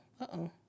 Uh-oh